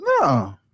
No